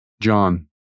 John